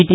T